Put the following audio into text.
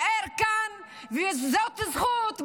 ונישאר כאן, וזאת זכות בלעדית,